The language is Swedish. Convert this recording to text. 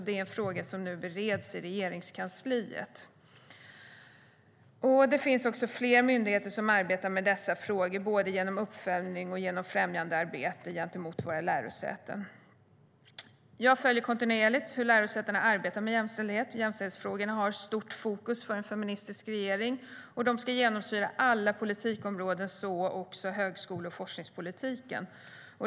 Den frågan bereds nu i Regeringskansliet. Det finns också flera myndigheter som arbetar med dessa frågor, både genom uppföljning och genom främjande arbete gentemot våra lärosäten. Jag följer kontinuerligt hur lärosätena arbetar med jämställdhet. Jämställdhetsfrågorna står i fokus för en feministisk regering. De ska genomsyra alla politikområden, så också högskole och forskningspolitiken.